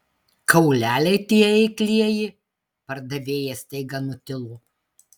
kauleliai tie eiklieji pardavėjas staiga nutilo